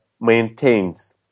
maintains